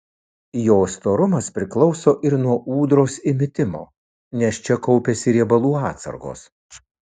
jos storumas priklauso ir nuo ūdros įmitimo nes čia kaupiasi riebalų atsargos